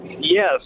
Yes